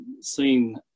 seen